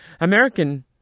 American